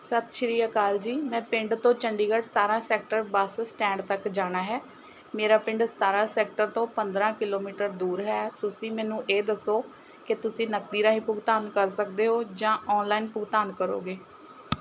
ਸਤਿ ਸ਼੍ਰੀ ਅਕਾਲ ਜੀ ਮੈਂ ਪਿੰਡ ਤੋਂ ਚੰਡੀਗੜ੍ਹ ਸਤਾਰ੍ਹਾਂ ਸੈਕਟਰ ਬੱਸ ਸਟੈਂਡ ਤੱਕ ਜਾਣਾ ਹੈ ਮੇਰਾ ਪਿੰਡ ਸਤਾਰ੍ਹਾਂ ਸੈਕਟਰ ਤੋਂ ਪੰਦਰ੍ਹਾਂ ਕਿਲੋਮੀਟਰ ਦੂਰ ਹੈ ਤੁਸੀਂ ਮੈਨੂੰ ਇਹ ਦੱਸੋ ਕਿ ਤੁਸੀਂ ਨਕਦੀ ਰਾਹੀਂ ਭੁਗਤਾਨ ਕਰ ਸਕਦੇ ਹੋ ਜਾਂ ਔਨਲਾਈਨ ਭੁਗਤਾਨ ਕਰੋਗੇ